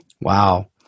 Wow